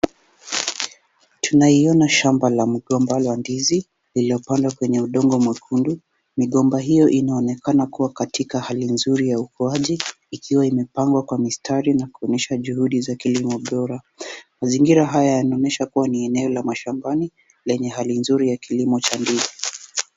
Tunaiona shamba ya mgomba wa ndizi lililopandwa kwenye udongo mwekundu migomba hiyo inaonekana kuwa katika hali nzuri ya ukuaji ikiwa imepangwa kwa mistari na kuonyesha juhudi za kilimo bora, mazingira haya yanaonyesha kuwa ni eneo la mashambani lenye hali nzuri ya kilimo cha ndizi.